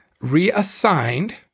reassigned